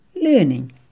learning